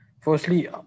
Firstly